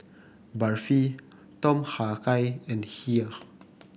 Barfi Tom Kha Gai and Kheer